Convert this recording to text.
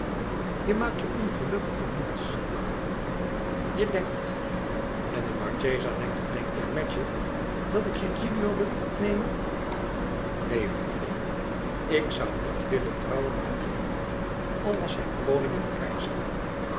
je maakt je ongelukkig om niets je denkt en de marchesa denkt het denkelijk met je dat ik je gilio wil ontnemen neen lieveling ik zoû niet willen trouwen met gilio al was hij koning en keizer